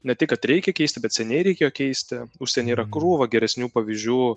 ne tik kad reikia keisti bet seniai reikėjo keisti užsieny yra krūva geresnių pavyzdžių